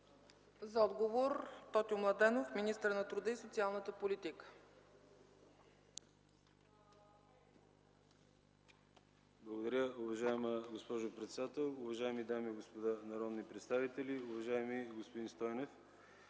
За отговор – Тотю Младенов, министър на труда и социалната политика. МИНИСТЪР ТОТЮ МЛАДЕНОВ: Благодаря, уважаема госпожо председател. Уважаеми дами и господа народни представители! Уважаеми господин Стойнев,